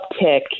uptick